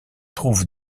trouve